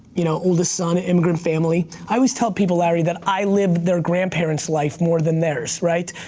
you know, oldest son, immigrant family. i always tell people, larry, that i lived their grandparent's life more than theirs, right?